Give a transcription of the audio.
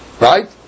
right